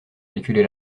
calculer